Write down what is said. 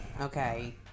Okay